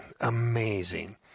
amazing